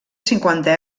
cinquanta